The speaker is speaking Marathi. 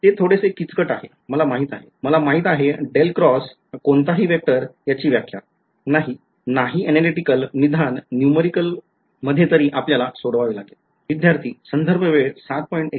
ते थोडेसे किचकट आहे मला माहिती आहे मला माहिती आहे कोणताही वेक्टर याची व्याख्या नाही ऍनालीटीकल निदान न्यूमरिकल मध्ये तरी आपल्याला सोडवावे लागेल